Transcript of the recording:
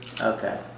Okay